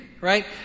right